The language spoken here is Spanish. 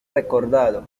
recordado